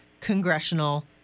congressional